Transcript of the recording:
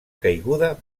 caiguda